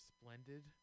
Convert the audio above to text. splendid